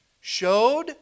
Showed